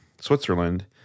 switzerland